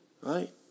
right